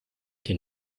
den